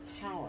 power